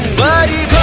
body.